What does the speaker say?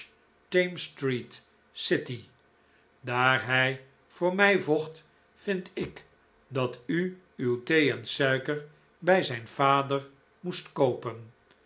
daar hij voor mij vocht vind ik dat u uw thee en suiker bij zijn vader moest koopen